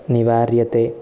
निवार्यते